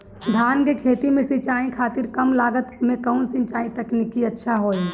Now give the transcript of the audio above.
धान के खेती में सिंचाई खातिर कम लागत में कउन सिंचाई तकनीक अच्छा होई?